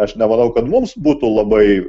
aš nemanau kad mums būtų labai